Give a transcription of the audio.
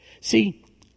See